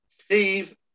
Steve